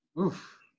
oof